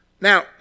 Now